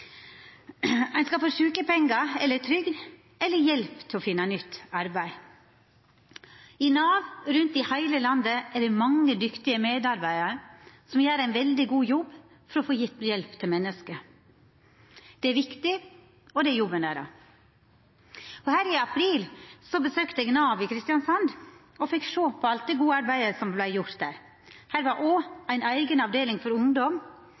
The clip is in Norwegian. Ein skal få sjukepengar eller trygd eller hjelp til å finna nytt arbeid. I Nav rundt i heile landet er det mange dyktige medarbeidarar som gjer ein veldig god jobb for å gje hjelp til menneske. Det er viktig, og det er jobben deira. I april besøkte eg Nav i Kristiansand og fekk sjå alt det gode arbeidet som vart gjort der. Her var ei eiga avdeling for ungdom,